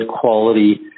quality